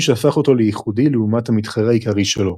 שהפך אותו לייחודי לעומת המתחרה העיקרי שלו.